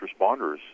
responders